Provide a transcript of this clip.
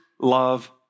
love